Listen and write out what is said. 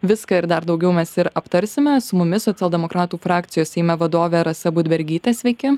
viską ir dar daugiau mes ir aptarsime su mumis socialdemokratų frakcijos seime vadovė rasa budbergytė sveiki